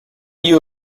you